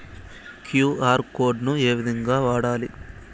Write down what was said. QR code ను ఏ విధంగా వాడాలి?